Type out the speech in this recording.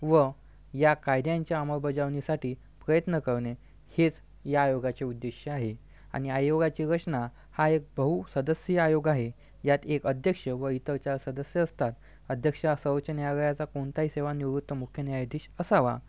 व या कायद्यांच्या अंमबजावणीसाठी प्रयत्न करणे हेच या आयोगाचे उद्देश आहे आणि आयोगाची घोषणा हा एक बहुसदस्य आयोग आहे यात एक अध्यक्ष व इतर चार सदस्य असतात अध्यक्ष हा सर्वोच्च न्यायालयाचा कोणताही सेवानिवृत्त मुख्य न्यायाधीश असावा